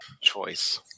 choice